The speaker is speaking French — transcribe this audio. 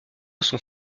sont